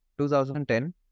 2010